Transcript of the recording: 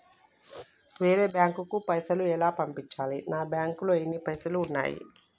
వేరే బ్యాంకుకు పైసలు ఎలా పంపించాలి? నా బ్యాంకులో ఎన్ని పైసలు ఉన్నాయి?